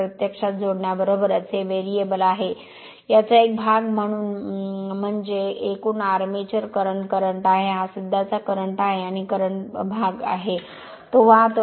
प्रत्यक्षात जोडण्याबरोबरच हे व्हेरिएबल आहे याचा 1 भाग म्हणजे एकूण आर्मेचर करंट आहे हा सध्याचा करंट आहे आणि करंट भाग आहे तो वाहतो